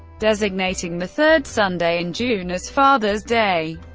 designating the third sunday in june as father's day.